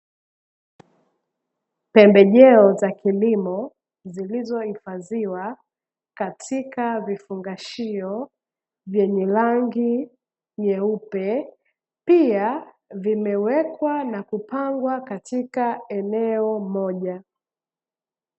Pembejeo za kilimo zilizohifadhiwa katika vifungashio vyenye rangi nyeupe, pia vimewekwa na kupangwa katika eneo moja.